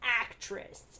actress